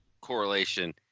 correlation